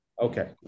Okay